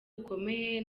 bukomeye